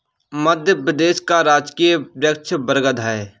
मध्य प्रदेश का राजकीय वृक्ष बरगद है